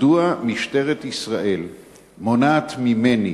מדוע משטרת ישראל מונעת ממני